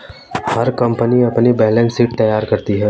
हर company अपनी balance sheet तैयार करती है